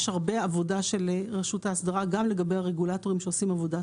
הרבה עבודה של רשות האסדרה גם לגבי הרגולטורים שעושים עבודה.